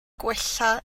gwella